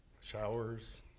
showers